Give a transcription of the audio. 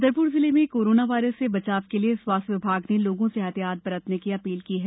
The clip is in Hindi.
छतरपुर जिले में कोरोना वायरस से बचाव के लिए स्वास्थ्य विभाग ने लोगों से एहतियात बरतने की अपील की है